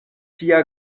tia